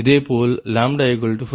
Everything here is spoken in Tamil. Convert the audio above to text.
இதேபோல 50 70 73